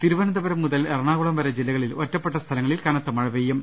തിരുവനന്തപുരം മുതൽ എറണാകുളം വരെ ജില്ലകളിൽ ഒറ്റപ്പെട്ട സ്ഥല ങ്ങളിൽ കനത്തമഴ പെയ്യും